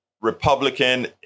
Republican